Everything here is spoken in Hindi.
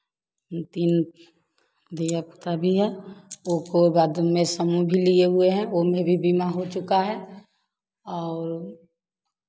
तीन धिया पुता भी है वोको बाद में समूह भी लिए हुए उसमें भी बीमा हो चुका है और